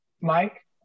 Mike